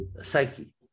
Psyche